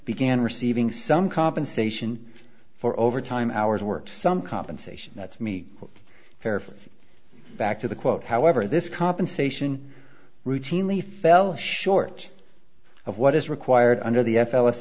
began receiving some compensation for overtime hours work some compensation that's me carefully back to the quote however this compensation routinely fell short of what is required under the f l s